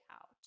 out